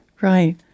Right